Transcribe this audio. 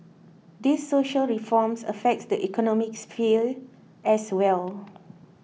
these social reforms affects the economic sphere as well